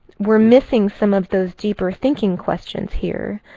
we're missing some of those deeper thinking questions here.